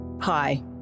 Hi